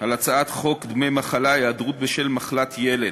על הצעת חוק דמי מחלה (היעדרות בשל מחלת ילד)